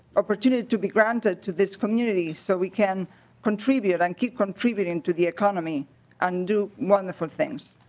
opportunity to be granted to this community so we can contribute and keep contributing to the economy and do wonderful things.